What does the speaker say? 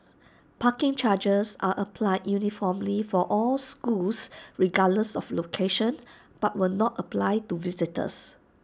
parking charges are applied uniformly for all schools regardless of location but will not apply to visitors